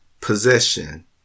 possession